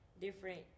different